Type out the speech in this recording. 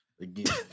Again